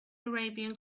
arabian